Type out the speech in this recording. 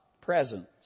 presence